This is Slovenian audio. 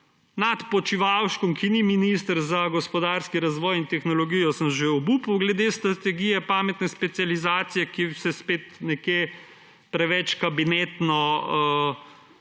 nad Počivalškom, ki ni minister za gospodarski razvoj in tehnologijo. Obupal sem že glede strategije pametne specializacije, baje se spet nekje preveč kabinetno dela